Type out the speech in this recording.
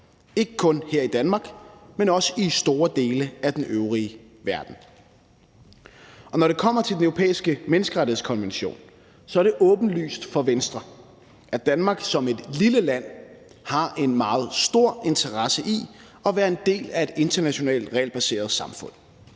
ikke kun her i Danmark, men også i store dele af den øvrige verden. Når det kommer til Den Europæiske Menneskerettighedskonvention, er det åbenlyst for Venstre, at Danmark som et lille land har en meget stor interesse i at være en del af et internationalt regelbaseret samfund.